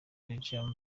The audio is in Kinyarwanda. belgium